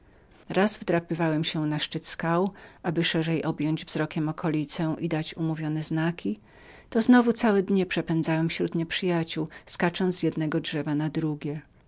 raz wdrapywałem się na szczyty skał aby szerzej objąć wzrokiem okolicę to znowu całe dnie przepędzałem śród nieprzyjaciół skacząc z jednego drzewa na drugie